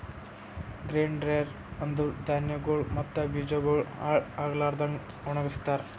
grain dryer ಅಂದುರ್ ಧಾನ್ಯಗೊಳ್ ಮತ್ತ ಬೀಜಗೊಳ್ ಹಾಳ್ ಆಗ್ಲಾರದಂಗ್ ಒಣಗಸ್ತಾರ್